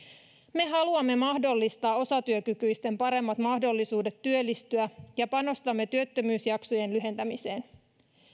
me haluamme mahdollistaa osatyökykyisten paremmat mahdollisuudet työllistyä ja panostamme työttömyysjaksojen lyhentämiseen